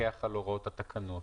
לפקח על הוראות התקנות: